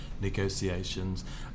negotiations